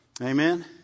Amen